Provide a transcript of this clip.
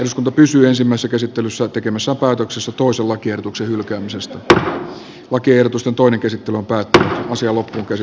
sisällöstä päätettiin ensimmäisessä käsittelyssä tekemässä päätöksessä tuo suulakiehdotuksen hylkäämisestä lakiehdotus on toinen käsittely päättää osia mutta kyse